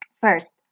First